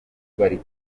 bari